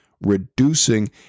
reducing